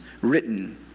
written